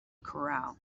corral